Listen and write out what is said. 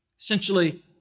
essentially